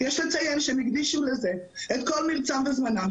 אני צריך להוציא רישיון מהיק"ר בנפרד.